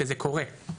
שזה קורה,